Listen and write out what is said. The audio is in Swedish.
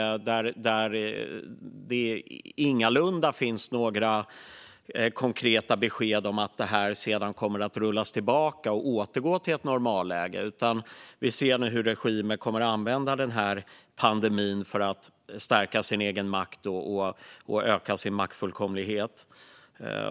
Det finns länder där det ingalunda finns några konkreta besked om att detta sedan kommer att rullas tillbaka och att man ska återgå till ett normalläge. Vi ser nu hur regimer kommer att använda pandemin för att stärka sin egen makt och öka sin maktfullkomlighet.